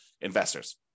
investors